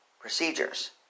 procedures